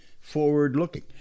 forward-looking